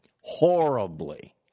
horribly